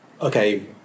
okay